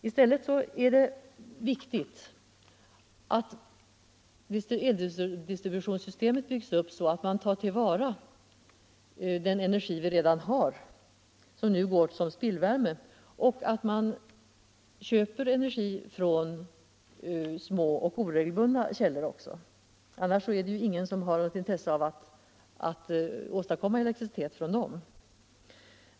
I stället är det viktigt att eldistributionssystemet byggs upp så att vi tar till vara den energi vi redan har som nu går som spillvärme och att vi köper energi också från små och ore 64 gelbundna källor, annars har ingen något intresse av att åstadkomma elektricitet från dem.